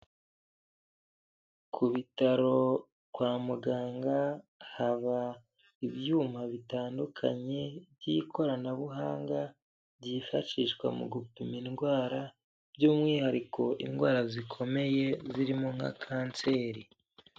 Ku bitaro kwa muganga haba ibyuma bitandukanye by'ikoranabuhanga byifashishwa mu gupima indwara by'umwihariko indwara zikomeye zirimo nka kanseri.